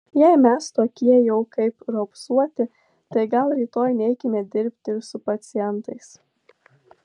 jei mes tokie jau kaip raupsuoti tai gal rytoj neikime dirbti ir su pacientais